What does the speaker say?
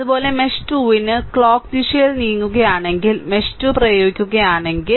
അതുപോലെ മെഷ് 2 ന് ക്ലോക്ക് ദിശയിൽ നീങ്ങുകയാണെങ്കിൽ മെഷ് 2 പ്രയോഗിക്കുകയാണെങ്കിൽ